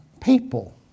people